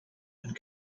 and